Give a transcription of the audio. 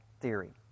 theory